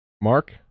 Mark